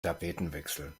tapetenwechsel